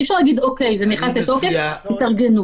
אי אפשר פשוט להגיד "זה נכנס לתוקף, תתארגנו".